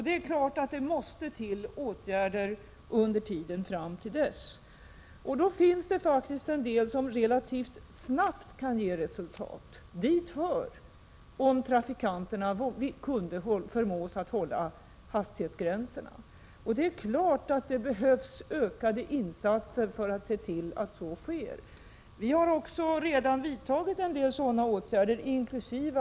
Det är klart att det under tiden måste till åtgärder. Det finns faktiskt en del åtgärder som relativt snabbt kan ge resultat. Dit hör att förmå trafikanterna att hålla hastighetsgränserna, och det är klart att det behövs ökade insatser för att se till att så sker. Vi har också redan vidtagit en del sådana åtgärder, inkl.